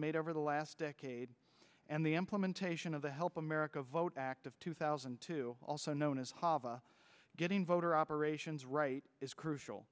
made over the last decade and the implementation of the help america vote act of two thousand and two also known as hava getting voter operations right is crucial